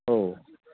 औ